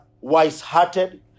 wise-hearted